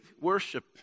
worship